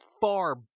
far